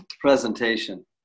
presentation